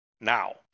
Now